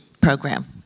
program